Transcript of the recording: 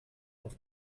auf